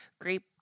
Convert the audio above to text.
great